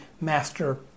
master